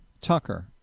Tucker